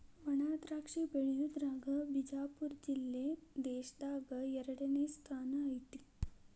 ವಣಾದ್ರಾಕ್ಷಿ ಬೆಳಿಯುದ್ರಾಗ ಬಿಜಾಪುರ ಜಿಲ್ಲೆ ದೇಶದಾಗ ಎರಡನೇ ಸ್ಥಾನ ಐತಿ